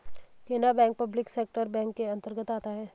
Canara bank public sector bank के अंतर्गत आता है